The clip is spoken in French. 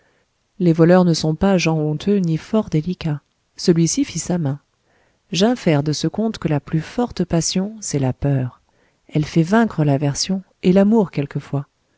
les voleurs ne sont pas gens honteux ni fort délicats celui-ci fit sa main j'infère de ce conte que la plus forte passion c'est la peur elle fait vaincre l'aversion et l'amour quelquefois